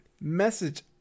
message